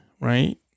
right